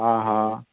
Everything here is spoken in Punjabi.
ਹਾਂ ਹਾਂ